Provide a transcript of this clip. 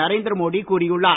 நரேந்திர மோடி கூறியுள்ளார்